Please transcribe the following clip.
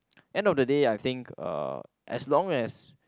end of the day I think uh as long as